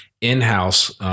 in-house